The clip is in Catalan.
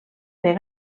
fer